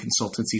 consultancies